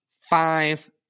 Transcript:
five